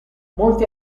molti